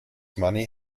money